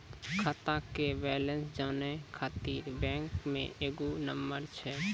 खाता के बैलेंस जानै ख़ातिर बैंक मे एगो नंबर छै?